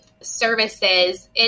Services